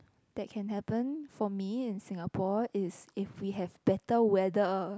that can happen for me in Singapore is if we have better weather